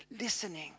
listening